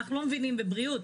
אנחנו לא מבינים בבריאות,